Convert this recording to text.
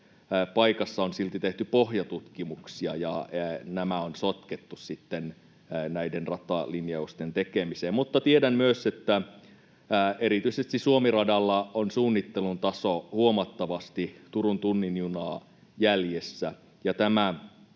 paikassa on silti tehty pohjatutkimuksia, ja nämä on sotkettu sitten näiden ratalinjausten tekemiseen. Mutta tiedän myös, että erityisesti Suomi-radalla on suunnittelun taso huomattavasti Turun tunnin junaa jäljessä,